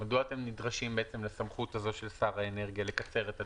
מדוע אתם נדרשים לסמכות הזאת של שר האנרגיה לקצר את התקופה?